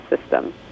system